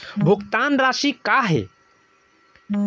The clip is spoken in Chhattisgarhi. भुगतान राशि का हे?